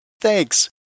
Thanks